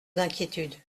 d’inquiétude